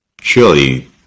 Surely